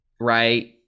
right